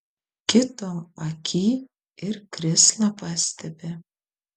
kito akyj ir krislą pastebi